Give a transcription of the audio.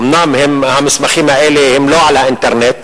אומנם המסמכים האלה אינם באינטרנט,